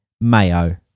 mayo